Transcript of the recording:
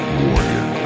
warrior